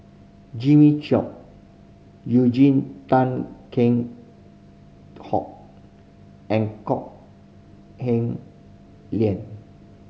Jimmy Chok Eugene Tan King Hoon and Kok Heng